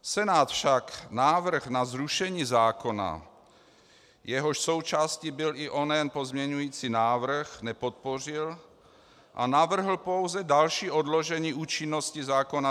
Senát však návrh na zrušení zákona, jehož součástí byl i onen pozměňovací návrh, nepodpořil a navrhl pouze další odložení účinnosti zákona 266.